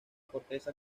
corteza